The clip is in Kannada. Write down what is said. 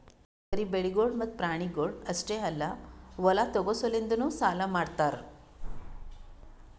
ಬರೀ ಬೆಳಿಗೊಳ್ ಮತ್ತ ಪ್ರಾಣಿಗೊಳ್ ಅಷ್ಟೆ ಅಲ್ಲಾ ಹೊಲ ತೋಗೋ ಸಲೆಂದನು ಸಾಲ ಮಾಡ್ತಾರ್